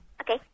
Okay